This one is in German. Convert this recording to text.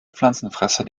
pflanzenfresser